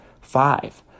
five